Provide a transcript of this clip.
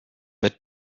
mit